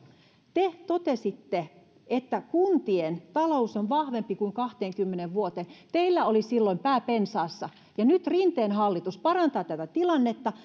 te totesitte että kuntien talous on vahvempi kuin kahteenkymmeneen vuoteen teillä oli silloin pää pensaassa ja nyt rinteen hallitus parantaa tätä tilannetta